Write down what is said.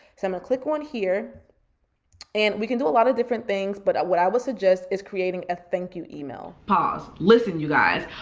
so i'm gonna ah click one here and we can do a lot of different things. but what i would suggest is creating a thank you email. pause, listen you guys,